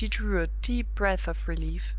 she drew a deep breath of relief,